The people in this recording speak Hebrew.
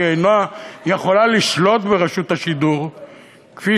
שהיא אינה יכולה לשלוט ברשות השידור כפי